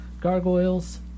gargoyles